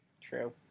True